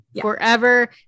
Forever